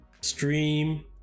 stream